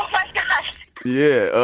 my gosh yeah,